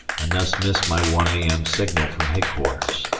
and thus missed my one a m. signal from headquarters.